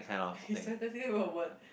he's trying to think of a word